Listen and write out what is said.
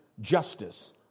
justice